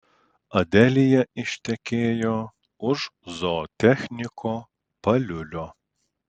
adelija ištekėjo už zootechniko paliulio